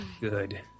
Good